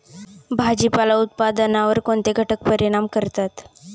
भाजीपाला उत्पादनावर कोणते घटक परिणाम करतात?